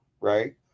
right